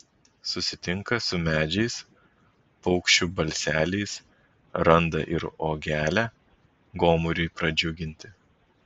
susitinka su medžiais paukščių balseliais randa ir uogelę gomuriui pradžiuginti